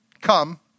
come